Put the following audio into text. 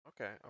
Okay